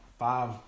Five